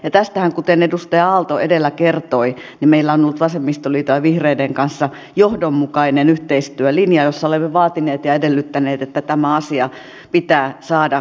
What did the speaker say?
tästähän kuten edustaja aalto edellä kertoi meillä on ollut vasemmistoliiton ja vihreiden kanssa johdonmukainen yhteistyölinja jossa olemme vaatineet ja edellyttäneet että tämä asia pitää saada kuntoon